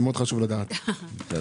חשוב מאוד לדעת את זה.